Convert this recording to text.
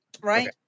right